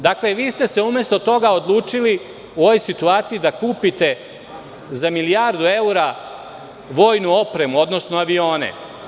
Dakle, vi ste se, umesto toga, odlučili u ovoj situaciji da kupite za milijardu evra vojnu opremu, odnosno avione.